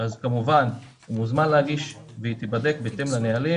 אז כמובן הוא מוזמן להגיש והיא תיבדק בהתאם לנהלים